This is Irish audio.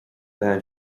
bheith